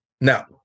Now